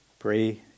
Pray